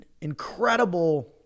incredible